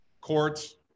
courts